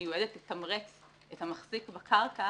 מיועדת לתמרץ את המחזיק בקרקע